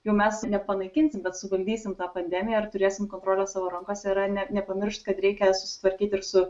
jau mes nepanaikinsim bet suvaldysim tą pandemiją turėsim kontrolę savo rankose ir ne nepamiršt kad reikia susitvarkyti ir su